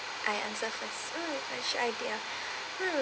I answer first mm fresh idea hmm